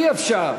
אי-אפשר.